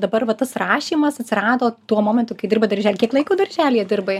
dabar va tas rašymas atsirado tuo momentu kai dirbai daržely kiek laiko darželyje dirbai